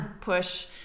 push